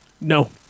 No